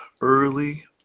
early